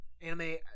anime